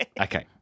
Okay